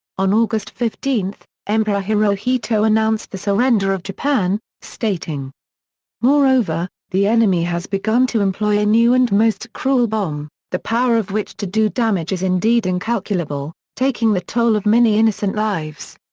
on august fifteen, emperor hirohito announced the surrender of japan, stating moreover, the enemy has begun to employ a new and most cruel bomb, the power of which to do damage is indeed incalculable, taking the toll of many innocent lives.